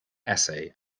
essay